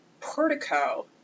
portico